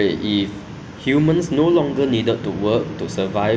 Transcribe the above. um even if you don't need to work to survive right we still need to eat food [what]